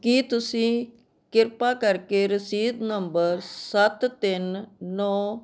ਕੀ ਤੁਸੀਂ ਕਿਰਪਾ ਕਰਕੇ ਰਸੀਦ ਨੰਬਰ ਸੱਤ ਤਿੰਨ ਨੌਂ